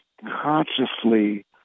consciously